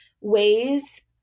ways